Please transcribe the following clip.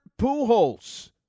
Pujols